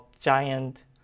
giant